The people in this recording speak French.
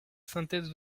synthèse